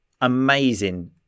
amazing